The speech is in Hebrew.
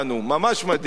ממש מדהים, הא?